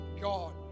God